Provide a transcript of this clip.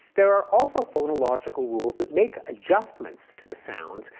there are also phonological rules that make adjustments to the sounds,